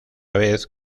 vez